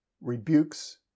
rebukes